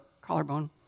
collarbone